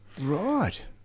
Right